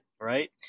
right